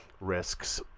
risks